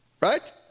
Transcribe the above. Right